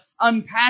unpack